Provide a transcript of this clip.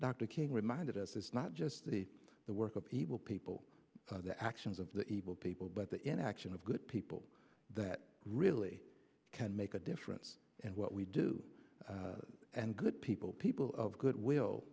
dr king reminded us it's not just that the work of evil people for the actions of the evil people but the inaction of good people that really can make a difference and what we do and good people people of good w